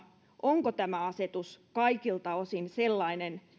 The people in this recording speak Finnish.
onko tämä asetus kaikilta osin sellainen